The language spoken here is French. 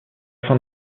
fin